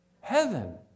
heaven